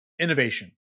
innovation